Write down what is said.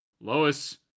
Lois